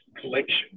collection